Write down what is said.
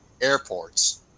airports